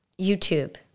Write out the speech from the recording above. YouTube